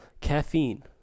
Caffeine